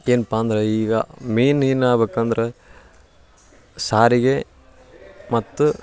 ಏನಪ್ಪ ಅಂದ್ರೆ ಈಗ ಮೇಯ್ನ್ ಏನಾಗ್ಬೇಕಂದ್ರ ಸಾರಿಗೆ ಮತ್ತು